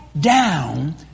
down